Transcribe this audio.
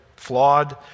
Flawed